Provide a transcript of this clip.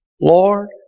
Lord